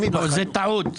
היא אומרת: תהיו בקשר.